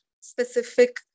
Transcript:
specific